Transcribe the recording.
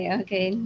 okay